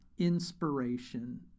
Inspiration